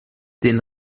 den